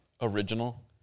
original